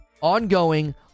ongoing